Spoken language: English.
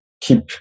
keep